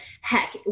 heck